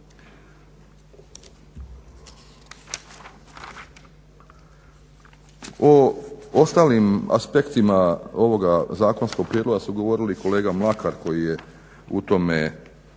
O ostalim aspektima ovoga zakonskog prijedloga su govorili kolega Mlakar koji je u tome